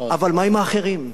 אבל מה עם האחרים?